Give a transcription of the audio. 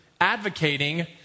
advocating